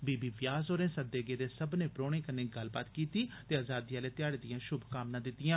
बी B Vyas होरें सद्दे गेदे सब्बनें परोह्ने कन्ने गल्लबात कीती ते अजादी आले घ्याड़े दिआं दिआं शुभकामना दितियां